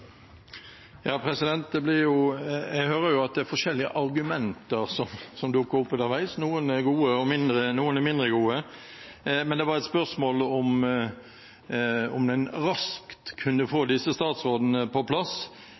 forskjellige argumenter som dukker opp underveis. Noen er gode, og noen er mindre gode. Men det var et spørsmål om en raskt kunne få disse statsrådene på plass.